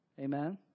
Amen